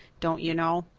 don't you know.